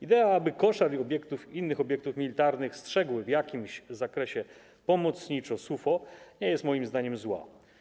Idea, aby koszar i innych obiektów militarnych strzegły w jakimś zakresie pomocniczo SUFO, nie jest moim zdaniem zła.